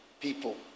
people